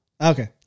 Okay